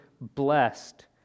blessed